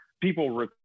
people